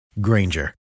Granger